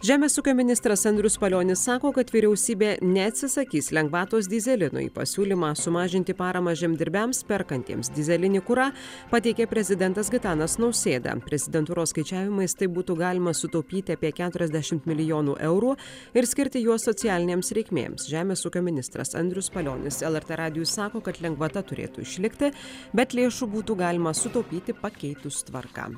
žemės ūkio ministras andrius palionis sako kad vyriausybė neatsisakys lengvatos dyzelinui pasiūlymą sumažinti paramą žemdirbiams perkantiems dyzelinį kurą pateikė prezidentas gitanas nausėda prezidentūros skaičiavimais taip būtų galima sutaupyti apie keturiasdešimt milijonų eurų ir skirti juos socialinėms reikmėms žemės ūkio ministras andrius palionis lrt radijui sako kad lengvata turėtų išlikti bet lėšų būtų galima sutaupyti pakeitus tvarką